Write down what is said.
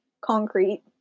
concrete